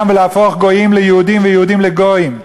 ולהפוך גויים ליהודים ויהודים לגויים,